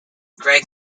greg